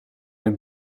een